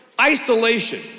isolation